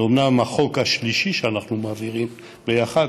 זה אומנם החוק השלישי שאנחנו מעבירים ביחד,